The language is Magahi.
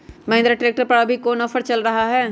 महिंद्रा ट्रैक्टर पर अभी कोन ऑफर चल रहा है?